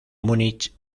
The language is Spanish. múnich